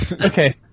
Okay